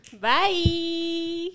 Bye